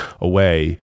away